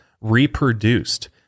reproduced